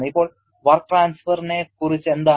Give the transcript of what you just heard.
ഇപ്പോൾ വർക്ക് ട്രാൻസ്ഫെറിനെ കുറിച്ച് എന്താണ്